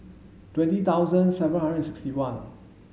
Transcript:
twenty thousand seven hundred and sixty one